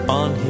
on